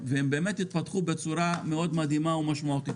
הם באמת התפתחו בצורה מדהימה ומשמעותית.